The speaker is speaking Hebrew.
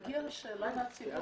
הגיעה שאלה מן הציבור